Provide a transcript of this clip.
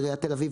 עיריית תל אביב,